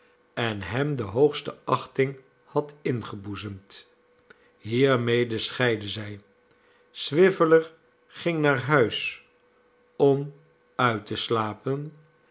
en hem de hoogste achting had ingeboezemd hiermede scheidden zij swiveller ging naar huis om uit te slapen